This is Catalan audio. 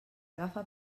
agafa